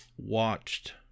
Watched